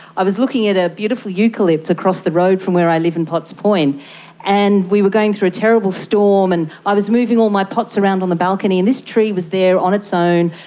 i was looking at a beautiful eucalypt across the road from where i live in potts point and we were going through a terrible storm and i was moving all my pots around on the balcony. and this tree was there on its own,